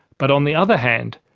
but on the other hand,